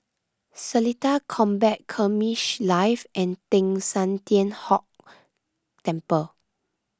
Seletar Combat Skirmish Live and Teng San Tian Hock Temple